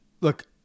Look